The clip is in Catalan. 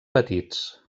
petits